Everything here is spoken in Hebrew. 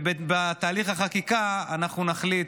ובתהליך החקיקה אנחנו נחליט.